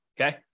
Okay